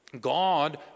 God